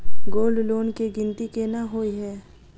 Gold loan केँ गिनती केना होइ हय?